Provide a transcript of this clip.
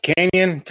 Canyon